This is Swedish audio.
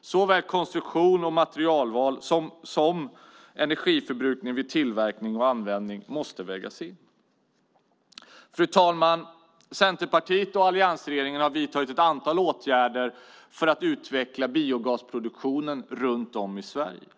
Såväl konstruktion och materialval som energiförbrukning vid tillverkning och användning måste vägas in. Fru talman! Centerpartiet och alliansregeringen har vidtagit ett antal åtgärder för att utveckla biogasproduktionen runt om i Sverige.